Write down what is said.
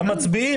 למצביעים.